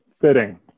Fitting